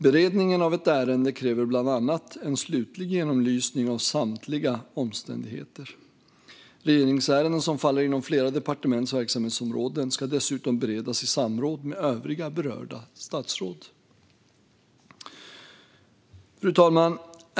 Beredningen av ett ärende kräver bland annat en slutlig genomlysning av samtliga omständigheter. Regeringsärenden som faller inom flera departements verksamhetsområden ska dessutom beredas i samråd med övriga berörda statsråd. Fru talman!